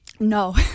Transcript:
No